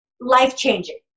life-changing